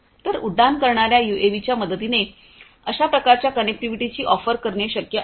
तर उड्डाण करणाऱ्या यूएव्हीच्या मदतीने अशा प्रकारच्या कनेक्टिव्हिटीची ऑफर करणे शक्य आहे